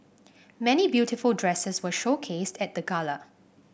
many beautiful dresses were showcased at the gala